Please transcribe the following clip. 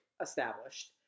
established